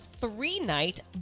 three-night